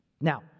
Now